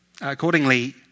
Accordingly